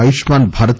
Ayushman Bharat